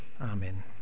Amen